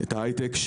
את ההייטק.